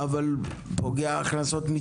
זה פוגע בהכנסות,